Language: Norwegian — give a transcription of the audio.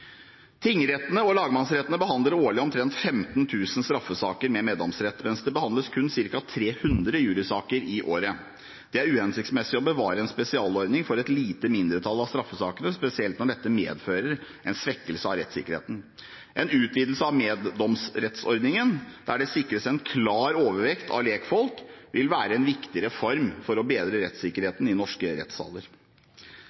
Tingrettene og lagmannsrettene behandler årlig omtrent 15 000 straffesaker med meddomsrett, mens det behandles kun ca. 300 jurysaker i året. Det er uhensiktsmessig å bevare en spesialordning for et lite mindretall av straffesakene, spesielt når dette medfører en svekkelse av rettssikkerheten. En utvidelse av meddomsrettsordningen der det sikres en klar overvekt av lekfolk, vil være en viktig reform for å bedre